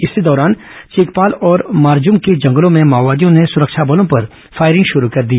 इसी दौरान चिकपाल और मारजूम के जंगलों में माओवादियों ने सुरक्षा बलों पर फायरिंग शुरू कर दी